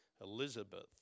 Elizabeth